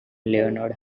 leonard